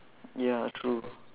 ya true